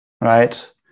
right